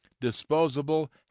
disposable